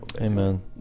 Amen